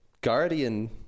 Guardian